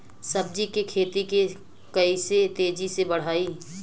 सब्जी के खेती के कइसे तेजी से बढ़ाई?